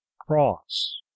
cross